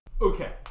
Okay